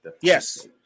yes